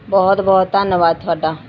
ਬਹੁਤ ਬਹੁਤ ਧੰਨਵਾਦ ਤੁਹਾਡਾ